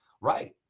Right